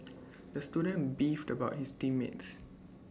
the student beefed about his team mates